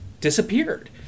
disappeared